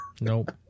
Nope